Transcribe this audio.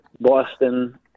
Boston